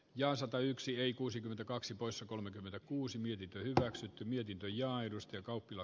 ja satayksi ei kuusikymmentäkaksi poissa kolmekymmentäkuusi miki pöytälaakso mietintö linjaa edustin kauppila